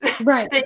right